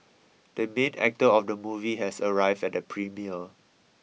the main actor of the movie has arrived at the premiere